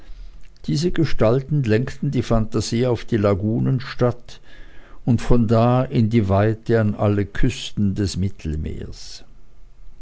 diese gestalten lenkten die phantasie auf die lagunenstadt und von da in die weite an alle küsten des mittelmeeres